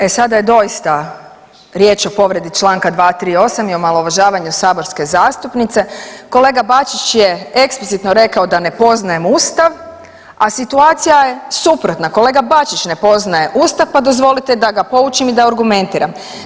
E sada je doista riječ o povredi Članka 238. i omalovažavanju saborske zastupnice, kolega Bačić je eksplicitno rekao da ne poznajem Ustav, a situacija je suprotna, kolega Bačić ne poznaje Ustav, pa dozvolite da ga poučim i da argumentiram.